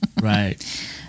Right